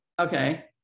Okay